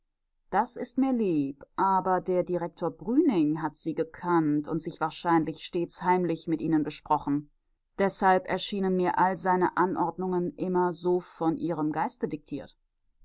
das ist mir lieb aber der direktor brüning hat sie gekannt und sich wahrscheinlich stets heimlich mit ihnen besprochen deshalb erschienen mir alle seine anordnungen immer so von ihrem geiste diktiert